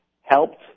helped